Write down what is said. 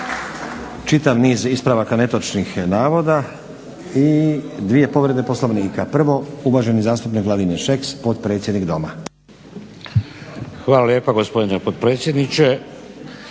Čitav niz ispravaka netočnih navoda i dvije povrede Poslovnika. Prvo uvaženi zastupnik Vladimir Šeks, potpredsjednik Doma. **Šeks, Vladimir (HDZ)** Hvala lijepa gospodine potpredsjedniče.